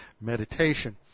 meditation